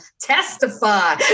testify